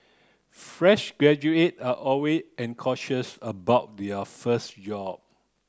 fresh graduate are always anxious about their first job